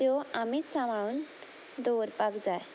त्यो आमीच सांबाळून दवरपाक जाय